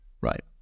Right